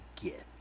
get